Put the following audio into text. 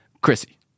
Chrissy